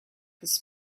this